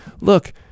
look